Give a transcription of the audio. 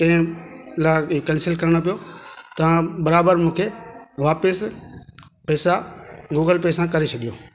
कंहिं लाइ इहो कैंसिल करिणो पयो तव्हां बराबरि मूंखे वापसि पैसा गूगल पे सां करे छॾियो